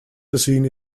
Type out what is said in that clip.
gezien